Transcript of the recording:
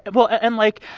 but well, and, like,